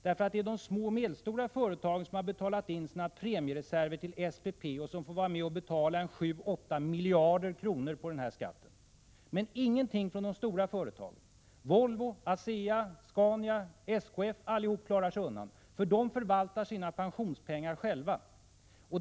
Det är de små och medelstora företagen som har betalat in sina premiereserver till SPP.och som får vara med och betala 7-8 miljarder kronor av den här skatten. Ingenting tas från de stora företagen. Volvo, ASEA, Scania, SKF klarar sig allihop undan, för de förvaltar sina pensionspengar själva.